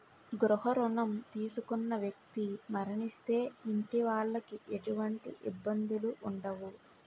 గృహ రుణం తీసుకున్న వ్యక్తి మరణిస్తే ఇంటి వాళ్లకి ఎటువంటి ఇబ్బందులు ఉండవు